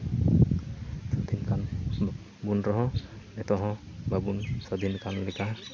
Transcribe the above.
ᱜᱩᱱ ᱨᱮᱦᱚᱸ ᱱᱤᱠᱚᱜ ᱦᱚᱸ ᱵᱟᱵᱚᱱ ᱥᱟᱫᱷᱤᱱᱟᱠᱟᱱ ᱞᱮᱠᱟ